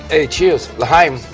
hey, cheers. l'chaim.